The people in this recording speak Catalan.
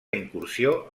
incursió